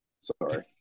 Sorry